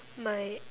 my